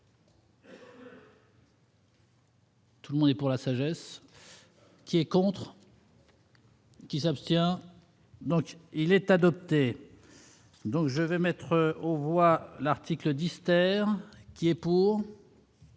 Tout le monde et pour la sagesse. Ces contrats. Qui s'abstient, donc il est adopté, donc je vais mettre aux voix l'article 10. Qui est pour